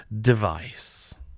device